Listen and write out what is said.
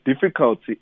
difficulty